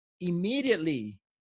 immediately